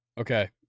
Okay